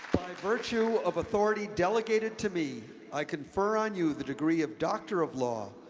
virtue of authority delegated to me, i confer on you the degree of doctor of law,